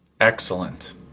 Excellent